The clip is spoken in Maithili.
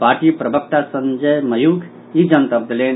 पार्टी प्रवक्ता संजय मयूख ई जनतब देलनि